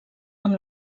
amb